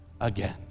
again